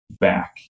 back